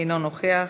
אינו נוכח,